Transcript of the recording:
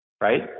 right